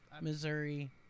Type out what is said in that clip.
Missouri